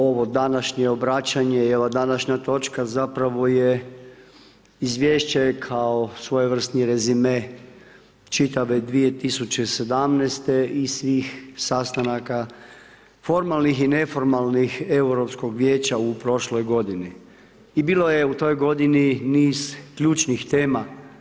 Ovo današnje obraćanje i ova današnja točka zapravo je izvješće kao svojevrsni rezime čitave 2017. i svih sastanaka formalnih i neformalnih Europskog vijeća u prošloj godini i bilo je u toj godini niz ključnih tema.